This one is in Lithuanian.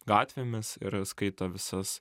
gatvėmis ir skaito visas